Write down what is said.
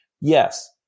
Yes